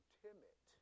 timid